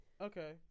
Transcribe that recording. Okay